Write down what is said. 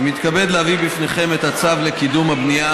אני מתכבד להביא בפניכם את הצו לקידום הבנייה